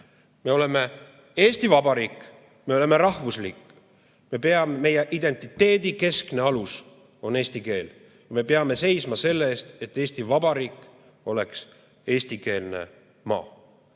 oleme Eesti Vabariik. Me oleme rahvusriik. Meie identiteedi keskne alus on eesti keel ja me peame seisma selle eest, et Eesti Vabariik oleks eestikeelne maa.